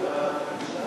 להעביר